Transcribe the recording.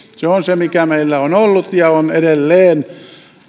on se mikä meillä on ollut ja on edelleen